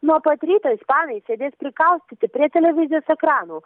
nuo pat ryto ispanai sėdės prikaustyti prie televizijos ekranų